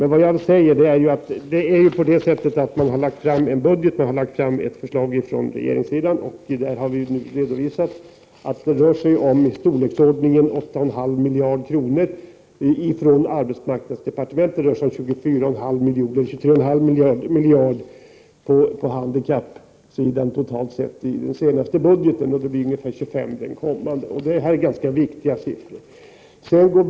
Förhållandet är ju det att regeringen har lagt fram ett budgetförslag, och vi har nu redovisat att det rör sig om ett belopp i storleksordningen 8,5 miljarder kronor från arbetsmarknadsdepartementet och 23,5 miljarder totalt sett till insatser för handikappade i den senaste budgeten — det blir ungefär 25 miljarder i den kommande. Det är ganska viktiga siffror.